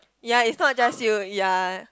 ya is not just you ya